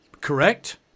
Correct